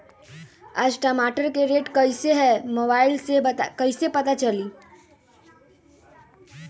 आज टमाटर के रेट कईसे हैं मोबाईल से कईसे पता चली?